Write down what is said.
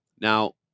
now